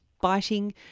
biting